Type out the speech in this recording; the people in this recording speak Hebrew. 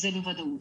זה בוודאות.